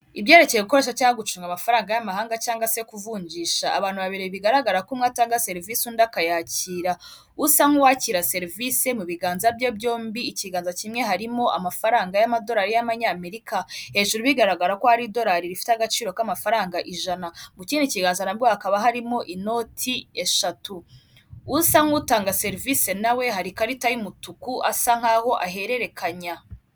Ibyerekeye gukoresha cyangwa gucunga amafaranga y'amahanga cyangwa se kuvunjisha abantu babiri bigaragara ko umwe atanga serivisi undi akayakira, usa nk'uwakira serivisi mu biganza bye byombi ikiganza kimwe harimo amafaranga y'amadolari y'abanyamerika hejuru bigaragara ko hari idolari rifite agaciro k'amafaranga ijana mu kindi kiganza nabwo hakaba harimo inoti eshatu usa n'utanga serivisi nawe hari ikarita y'umutuku asa nkaho ahererekanya.